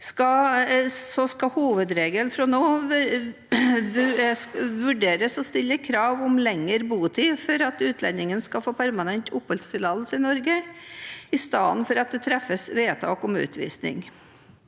å vurdere å stille krav om lengre botid for at utlendingen skal få permanent oppholdstillatelse i Norge, i stedet for at det treffes vedtak om utvisning.